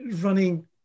running